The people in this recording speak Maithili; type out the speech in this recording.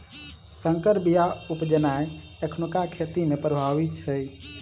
सँकर बीया उपजेनाइ एखुनका खेती मे प्रभावी छै